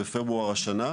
בפברואר השנה,